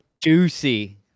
Juicy